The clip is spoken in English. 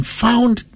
found